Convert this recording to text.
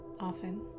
often